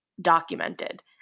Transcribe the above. documented